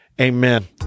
amen